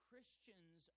Christians